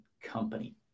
Company